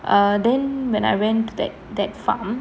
uh then when I went that that farm